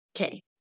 okay